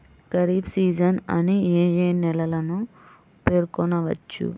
Kharif season అని ఏ ఏ నెలలను పేర్కొనవచ్చు?